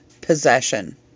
possession